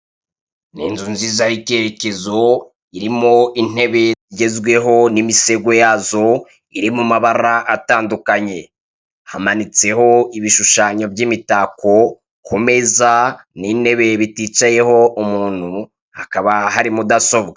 Ni inzu nziza y'icyerekezo irimo zigezweho n'imisego yazo, iri mu mabara atandukanye. Hamanitseho ibishushanyo by'imitako, ku meza, n'intebe biticayeho umuntu hakaba hari mudasobwa.